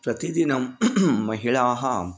प्रतिदिनं महिलाः